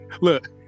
look